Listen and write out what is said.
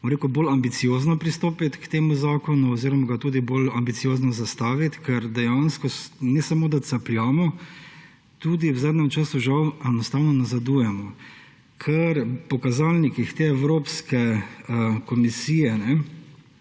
bolj ambiciozno pristopiti k temu zakonu oziroma ga tudi bolj ambiciozno zastaviti. Ker dejansko ne samo da capljamo, tudi v zadnjem času žal enostavno nazadujemo. Ker po kazalnikih Evropske komisije